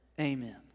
Amen